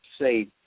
say